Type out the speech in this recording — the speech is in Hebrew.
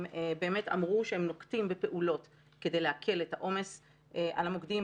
הם באמת אמרו שהם נוקטים בפעולות כדי להקל על העומס על המוקדים.